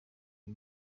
ibi